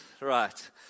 right